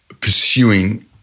pursuing